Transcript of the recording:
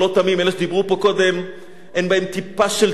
אלה שדיברו פה קודם, אין בהם טיפה של תמימות.